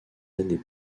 années